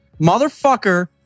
motherfucker